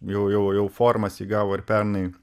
jau jau jau formas įgavo ir pernai